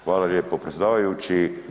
Hvala lijepo predsjedavajući.